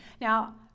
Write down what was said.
Now